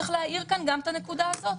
צריך להעיר כאן גם את הנקודה הזאת.